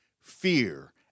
fear